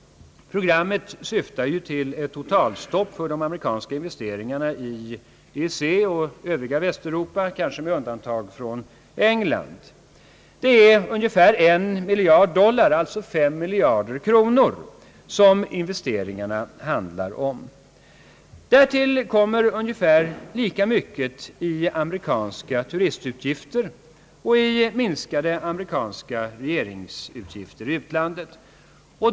Programmet syftar till ett totalstopp för de amerikanska investeringarna i EEC och det övriga Västeuropa, kanske med undantag för England. Det är ungefär en miljard dollar, alltså fem miljarder kronor, som investeringarna handlar om. Därtill kommer ungefär lika mycket i amerikanska turistutgifter och i minskade amerikanska regeringsutgifter i utlandet.